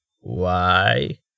Why